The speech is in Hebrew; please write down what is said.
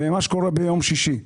וממה שקורה ביום שישי.